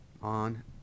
on